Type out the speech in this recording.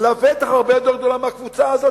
לבטח הרבה יותר גדולה מהקבוצה הזאת.